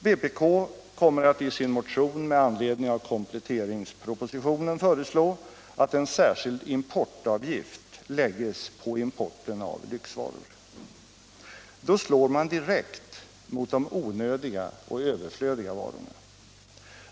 Vpk kommer i sin motion med anledning av kompletteringspropositionen att föreslå att en särskild importavgift läggs på importen av lyxvaror. Då slår man direkt mot de onödiga och överflödiga varorna.